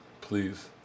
Please